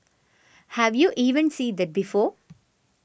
have you even seen that before